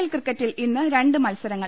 L ക്രിക്കറ്റിൽ ഇന്ന് രണ്ട് മത്സരങ്ങൾ